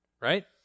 right